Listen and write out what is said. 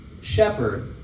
Shepherd